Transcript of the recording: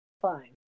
Fine